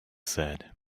said